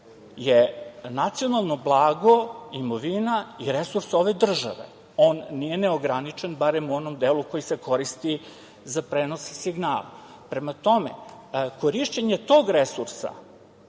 je nacionalno blago, imovina i resurs ove države. On nije neograničen, barem u onom delu koji se koristi za prenos signala. Prema tome, korišćenje tog resursa,